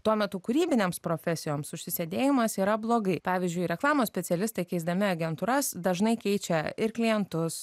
tuo metu kūrybinėms profesijoms užsisėdėjimas yra blogai pavyzdžiui reklamos specialistai keisdami agentūras dažnai keičia ir klientus